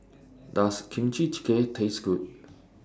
Does Kimchi Jjigae Taste Good